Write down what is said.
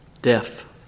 Deaf